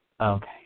Okay